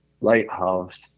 Lighthouse